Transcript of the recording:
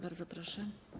Bardzo proszę.